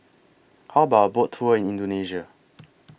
How about A Boat Tour in Indonesia